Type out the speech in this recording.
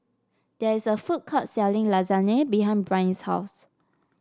there is a food court selling Lasagne behind Brynn's house